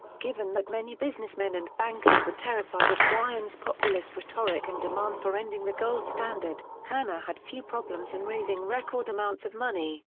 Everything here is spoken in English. given that many businessmen and bankers were terrified of bryan's populist rhetoric and demand for ending the gold standard, hanna had few problems in raising record amounts of money.